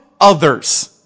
others